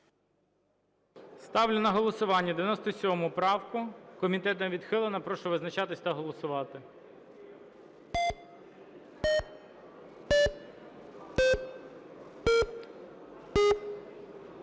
Ставлю на голосування 97 правку. Комітетом відхилена. Прошу визначатись та голосувати.